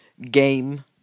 game